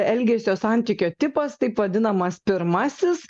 elgesio santykio tipas taip vadinamas pirmasis